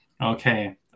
Okay